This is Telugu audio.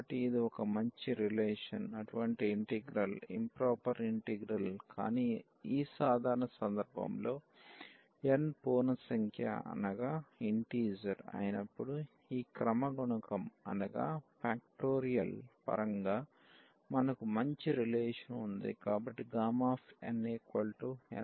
కాబట్టి ఇది ఒక మంచి రిలేషన్ అటువంటి ఇంటిగ్రల్ ఇంప్రాపర్ ఇంటిగ్రల్ కాని ఈ సాధారణ సందర్భంలో n పూర్ణ సంఖ్య అయినప్పుడు ఈ క్రమ గుణకం పరంగా మనకు మంచి రిలేషన్ ఉంది